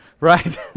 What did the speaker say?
right